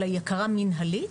אלא היא הכרה מינהלית,